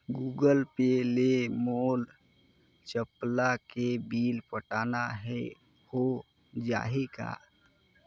Google Pay ले मोल चपला के बिल पटाना हे, हो जाही का?